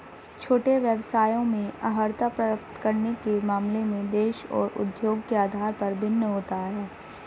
छोटे व्यवसायों में अर्हता प्राप्त करने के मामले में देश और उद्योग के आधार पर भिन्न होता है